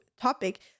topic